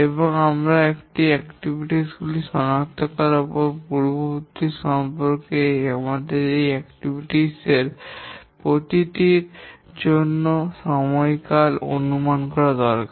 এবং আমরা একবার কার্যক্রম গুলি শনাক্ত করার পরে পূর্ববর্তী সম্পর্কের আমাদের এই কার্যক্রম র প্রতিটির জন্য সময়কাল অনুমান করা দরকার